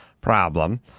problem